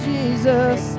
Jesus